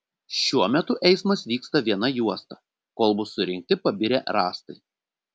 šiuo metu eismas vyksta viena juosta kol bus surinkti pabirę rąstai